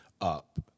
up